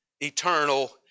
eternal